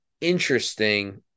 interesting